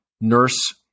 nurse